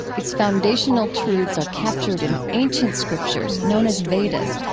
its foundational truths are captured in ancient scriptures known as vedas,